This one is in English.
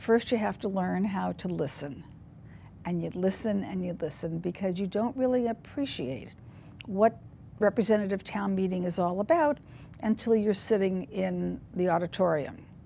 first you have to learn how to listen and you listen and you the sin because you don't really appreciate what representative town meeting is all about and to you're sitting in the auditorium